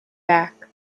back